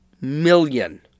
million